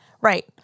right